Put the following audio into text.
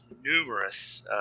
numerous